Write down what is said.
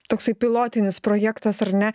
toksai pilotinis projektas ar ne